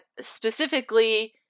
specifically